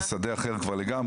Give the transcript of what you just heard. זה כבר שדה אחר לגמרי,